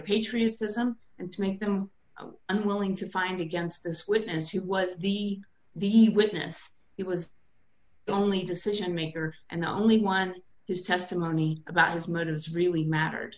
patriotism and to make them unwilling to find against this witness who was the the witness he was the only decision maker and the only one whose testimony about his motives really mattered